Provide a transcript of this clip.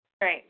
Right